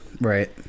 Right